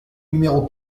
numéro